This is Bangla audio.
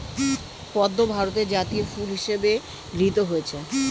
পদ্ম ভারতের জাতীয় ফুল হিসেবে গৃহীত হয়েছে